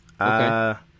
Okay